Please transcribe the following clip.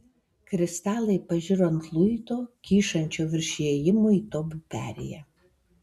kristalai pažiro ant luito kyšančio virš įėjimo į tobių perėją